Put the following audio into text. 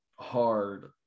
hard